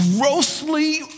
grossly